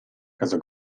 casa